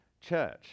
church